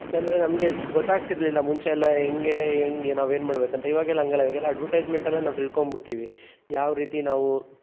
ಯಾಕೆಂದರೆ ನಮಗೆ ಗೊತಾಗ್ತಿರಲಿಲ್ಲ ಮುಂಚೆಯೆಲ್ಲ ಹೆಂಗೆ ಹೆಂಗೆ ನಾವು ಏನು ಮಾಡ್ಬೇಕಂತ ಇವಾಗೆಲ್ಲ ಹಂಗಲ್ಲ ಇವಾಗೆಲ್ಲ ಅಡ್ವಟೈಸ್ಮೆಂಟಲ್ಲೇ ನಾವು ತಿಳ್ಕೊಂಬಿಡ್ತೀವಿ ಯಾವ ರೀತಿ ನಾವು